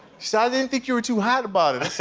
so i didn't think you were too hot about it.